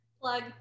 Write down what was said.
Plug